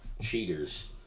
cheaters